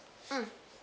mm